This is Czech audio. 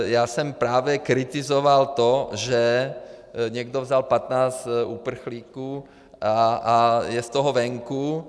Já jsem právě kritizoval to, že někdo vzal patnáct uprchlíků a je z toho venku.